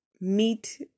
meet